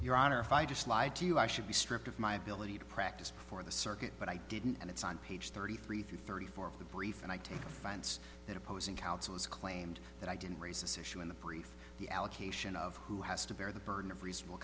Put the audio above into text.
your honor if i just lie to you i should be stripped of my ability to practice before the circuit but i didn't and it's on page thirty three thirty four of the brief and i take offense that opposing counsel has claimed that i didn't raise this issue in the brief the allocation of who has to bear the burden of reasonable